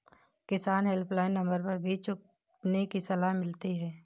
किसान helpline number पर बीज चुनने की सलाह मिलती है